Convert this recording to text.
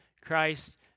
Christ